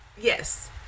Yes